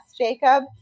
Jacob